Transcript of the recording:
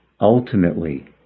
ultimately